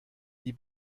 die